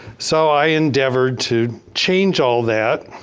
so, i endeavored to change all that.